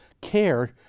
care